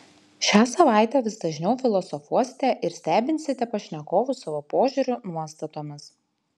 šią savaitę vis dažniau filosofuosite ir stebinsite pašnekovus savo požiūriu nuostatomis